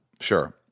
Sure